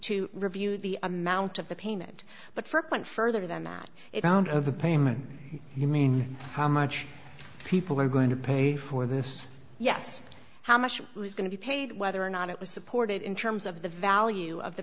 to review the amount of the payment but st went further than that it around over payment you mean how much people are going to pay for this yes how much was going to be paid whether or not it was supported in terms of the value of the